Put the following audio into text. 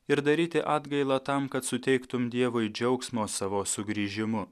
ir daryti atgailą tam kad suteiktum dievui džiaugsmo savo sugrįžimu